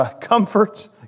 comforts